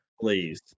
Please